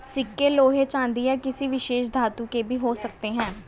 सिक्के लोहे चांदी या किसी विशेष धातु के भी हो सकते हैं